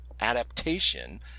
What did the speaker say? adaptation